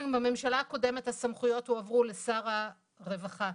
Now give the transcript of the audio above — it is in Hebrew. מהממשלה הקודמת הסמכויות הועברו לשר הרווחה.